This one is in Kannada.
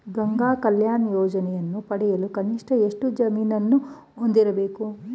ಗಂಗಾ ಕಲ್ಯಾಣ ಯೋಜನೆಯನ್ನು ಪಡೆಯಲು ಕನಿಷ್ಠ ಎಷ್ಟು ಜಮೀನನ್ನು ಹೊಂದಿರಬೇಕು?